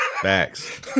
Facts